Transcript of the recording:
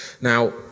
Now